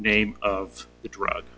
name of the drug